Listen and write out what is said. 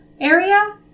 area